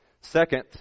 Second